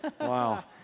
Wow